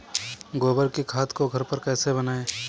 गोबर की खाद को घर पर कैसे बनाएँ?